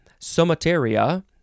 somateria